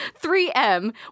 3m